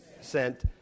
sent